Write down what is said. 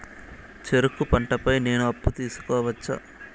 చెరుకు పంట పై నేను అప్పు తీసుకోవచ్చా?